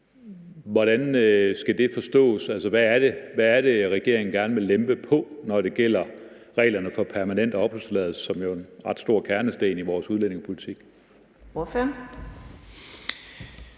Hvordan skal det forstås? Hvad er det, regeringen gerne vil lempe på, når det gælder reglerne for permanent opholdstilladelse, som jo er en ret stor kernesten i vores udlændingepolitik?